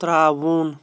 ترٛاوُن